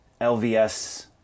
LVS